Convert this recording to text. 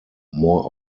more